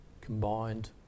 combined